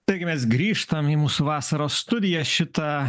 taigi mes grįžtam į mūsų vasaros studiją šitą